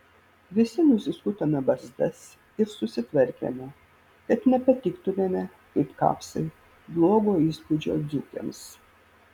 visi nusiskutome barzdas ir susitvarkėme kad nepatiktumėme kaip kapsai blogo įspūdžio dzūkėms